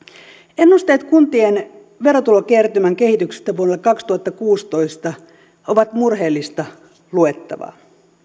ennusteet kuntien verotulokertymän kehityksestä vuodelle kaksituhattakuusitoista ovat murheellista luettavaa